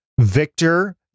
Victor